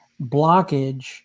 blockage